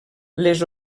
les